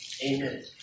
Amen